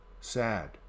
sad